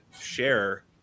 share